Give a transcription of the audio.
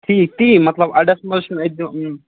ٹھیٖک تی مطلب اَڈَس منٛز چھُ نہٕ اَسہِ